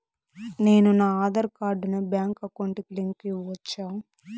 నేను నా ఆధార్ కార్డును బ్యాంకు అకౌంట్ కి లింకు ఇవ్వొచ్చా?